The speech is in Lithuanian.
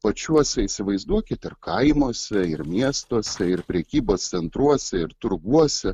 pačiuose įsivaizduokit ir kaimuose ir miestuose ir prekybos centruose ir turguose